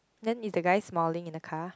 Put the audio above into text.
then is they guy smiling in the car